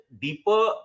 deeper